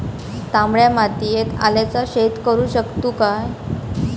तामड्या मातयेत आल्याचा शेत करु शकतू काय?